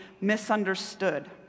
misunderstood